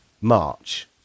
March